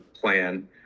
plan